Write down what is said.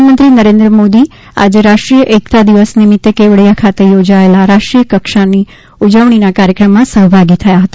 પ્રધાનમંત્રી નરેન્દ્ર મોદી આજે રાષ્ટ્રીય એકતા દિવસ નિમિત્તે કેવડિયા ખાતે યોજાયેલા રાષ્ટ્રીય કક્ષાના ઉજવણી કાર્યક્રમામાં સહભાગી થયા હતા